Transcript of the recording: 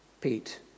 Pete